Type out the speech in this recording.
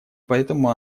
поэтому